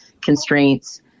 constraints